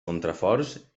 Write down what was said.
contraforts